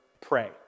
pray